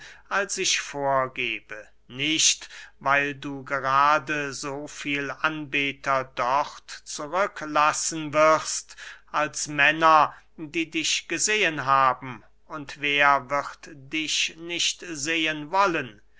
als ich vorgebe nicht weil du gerade so viel anbeter dort zurück lassen wirst als männer die dich gesehen haben und wer wird dich nicht sehen wollen